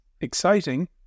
exciting